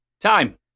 Time